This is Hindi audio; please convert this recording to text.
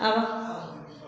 आवा